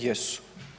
Jesu.